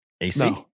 AC